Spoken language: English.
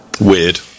Weird